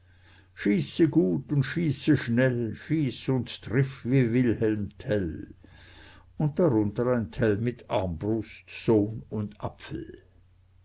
schieße gut und schieße schnell schieß und triff wie wilhelm tell und darunter tell selbst mit armbrust sohn und apfel